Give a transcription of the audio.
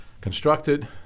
constructed